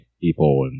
people